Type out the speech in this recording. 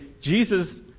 Jesus